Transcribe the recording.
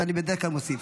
ובדרך כלל אני מוסיף.